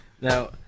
Now